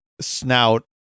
snout